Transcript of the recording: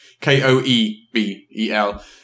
K-O-E-B-E-L